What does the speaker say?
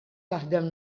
jaħdem